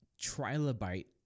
trilobite